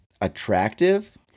attractive